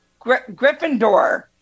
gryffindor